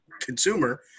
consumer